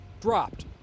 dropped